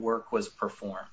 work was performed